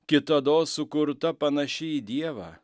kitados sukurta panaši į dievą